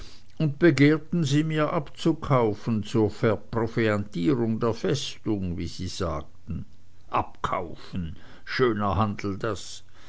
und begehrten sie mir abzukaufen zur verproviantierung der festung wie sie sagten abkaufen schöner handel das